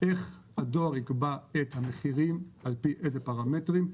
איך הדואר יקבע את המחירים, על פי איזה פרמטרים,